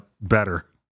better